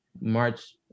march